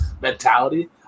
mentality